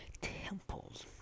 temples